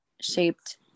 shaped